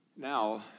Now